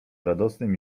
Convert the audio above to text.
radosnym